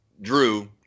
Drew